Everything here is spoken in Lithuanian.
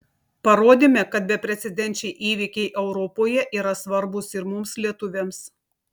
parodėme kad beprecedenčiai įvykiai europoje yra svarbūs ir mums lietuviams